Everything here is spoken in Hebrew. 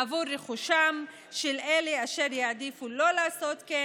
בעבור רכושם של אלה אשר יעדיפו לא לעשות כן